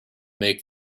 make